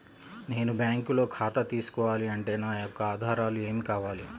నేను బ్యాంకులో ఖాతా తీసుకోవాలి అంటే నా యొక్క ఆధారాలు ఏమి కావాలి?